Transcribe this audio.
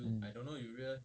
mm